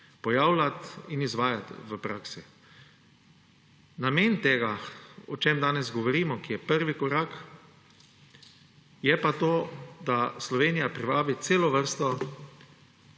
pojavljati in izvajati v praksi. Namen tega, o čemer danes govorimo, ki je prvi korak, je pa to, da Slovenija privabi celo vrsto